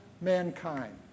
mankind